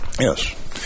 yes